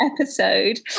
Episode